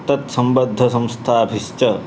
तत्सम्बद्धसंस्थाभिश्च